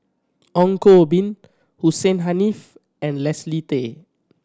Ong Koh Bee Hussein Haniff and Leslie Tay